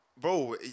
bro